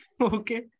Okay. (